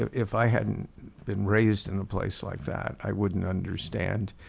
if i hadn't been raised in a place like that, i wouldn't understand.